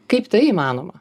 kaip tai įmanoma